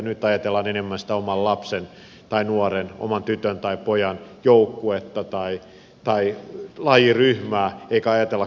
nyt ajatellaan enemmän sitä oman lapsen tai nuoren oman tytön tai pojan joukkuetta tai lajiryhmää eikä ajatella koko seuraa